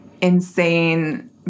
insane